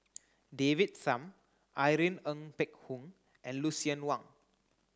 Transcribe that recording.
David Tham Irene Ng Phek Hoong and Lucien Wang